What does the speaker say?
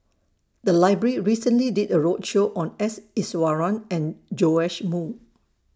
The Library recently did A roadshow on S Iswaran and Joash Moo